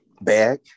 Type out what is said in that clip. Back